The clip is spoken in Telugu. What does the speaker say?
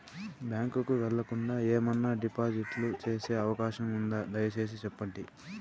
బ్యాంకు కు వెళ్లకుండా, ఏమన్నా డిపాజిట్లు సేసే అవకాశం ఉందా, దయసేసి సెప్పండి?